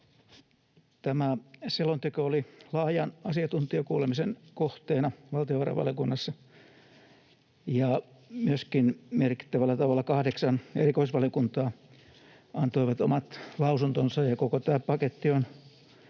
Tämä selonteko oli laajan asiantuntijakuulemisen kohteena valtiovarainvaliokunnassa, ja myöskin merkittävällä tavalla kahdeksan erikoisvaliokuntaa antoivat omat lausuntonsa. Koko tämä paketti on